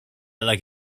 like